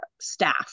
staff